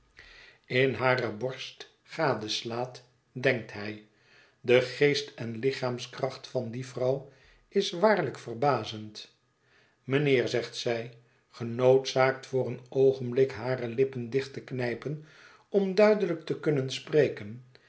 in hare borst gadeslaat denkt hij de geest en lichaamskracht van die vrouw is waarlijk verbazend mijnheer zegt zij genoodzaakt voor een oogenblik hare lippen dicht te knij pen om duidelijk te kunnen spreken